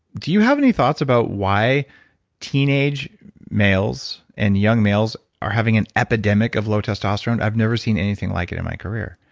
do you have any thoughts about why teenage males and young males are having an epidemic of low testosterone? i've never seen anything like it in my career.